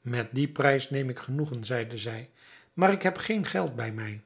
met dien prijs neem ik genoegen zeide zij maar ik heb geen geld bij mij